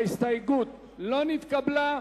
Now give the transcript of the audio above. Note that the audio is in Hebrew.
בעד, 32, נגד, 46. ההסתייגות לא נתקבלה.